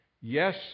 Yes